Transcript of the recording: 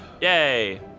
Yay